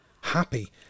happy